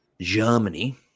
Germany